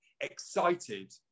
excited